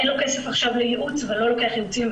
אין לו כסף עכשיו לייעוץ ולא לוקח ייעוצים,